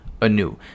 anew